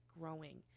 growing